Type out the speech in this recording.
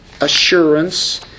assurance